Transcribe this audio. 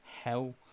Hell